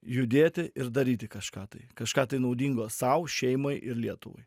judėti ir daryti kažką tai kažką naudingo sau šeimai ir lietuvai